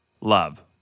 love